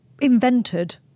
invented